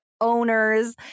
Owners